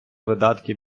видатки